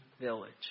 village